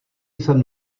jsem